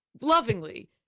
Lovingly